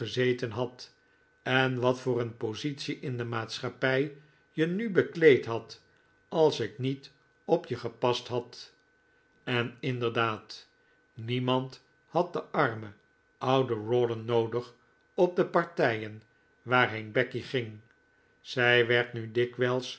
gezeten had en wat voor een positie in de maatschappij je nu bekleed had als ik niet op je gepast had en inderdaad niemand had den armen ouden rawdon noodig op de partijen waarheen becky ging zij werd nu dikwijls